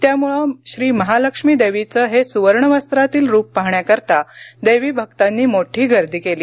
त्यामुळे श्री महालक्ष्मी देवीचे हे स्वर्णवस्त्रातील रुप पाहण्याकरीता देवीभक्तांनी मोठी गर्दी केली